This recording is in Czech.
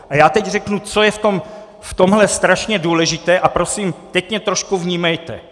A já teď řeknu, co je v tomhle strašně důležité, a prosím, teď mě trošku vnímejte.